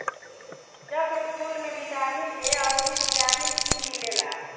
चक्रफूल में vitamin A अउरी बिटामिन सी मिलेला